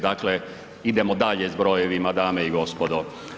Dakle, idemo dalje s brojevima dame i gospodo.